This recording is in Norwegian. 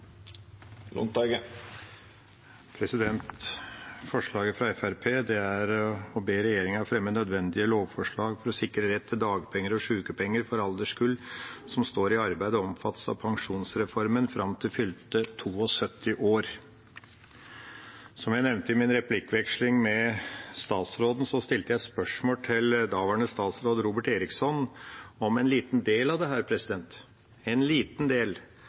Forslaget fra Fremskrittspartiet er å be regjeringa fremme nødvendige lovforslag for å sikre rett til dagpenger og sykepenger for alderskull som står i arbeid og omfattes av pensjonsreformen, fram til fylte 72 år. Som jeg nevnte i min replikkveksling med statsråden, stilte jeg spørsmål til daværende statsråd Robert Eriksson om en liten del av dette. Det